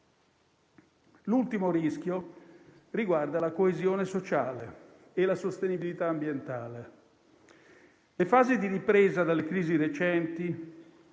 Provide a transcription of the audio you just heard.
L'ultimo rischio riguarda la coesione sociale e la sostenibilità ambientale. Le fasi di ripresa dalle crisi recenti